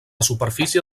superfície